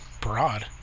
broad